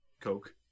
Coke